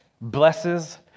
blesses